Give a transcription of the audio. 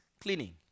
cleaning